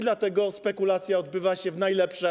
Dlatego spekulacja odbywa się w najlepsze.